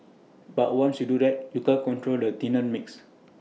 but once you do that you can't control the tenant mix